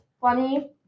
funny